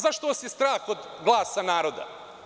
Zašto vas je strah od glasa naroda?